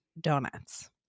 donuts